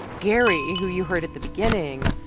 gary, who you heard at the beginning,